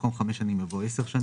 במקום "30 ימים" יבוא "בתוך 100 ימים".